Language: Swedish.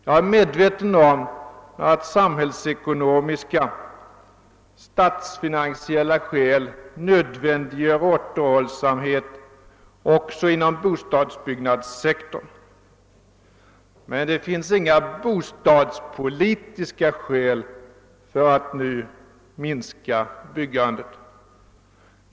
Jag är medveten om att samhällsekonomiska och statsfinansiella skäl nödvändiggör återhållsamhet också inom bostadsbyggnadssektorn, men det finns inga bostadspolitiska skäl för att nu minska byggandet.